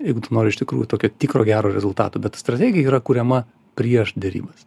jeigu tu nori iš tikrųjų tokio tikro gero rezultato bet strategija yra kuriama prieš derybas